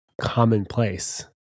commonplace